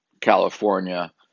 California